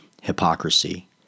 hypocrisy